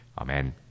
Amen